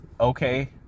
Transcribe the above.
okay